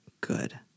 good